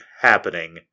happening